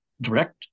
direct